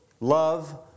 Love